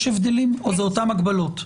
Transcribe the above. יש הבדלים או שזה אותן הגבלות?